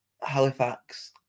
Halifax